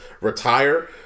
retire